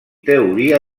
teoria